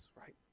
right